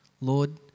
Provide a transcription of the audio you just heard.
Lord